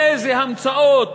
איזה המצאות